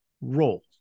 role